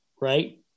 right